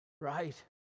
right